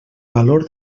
valor